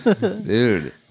Dude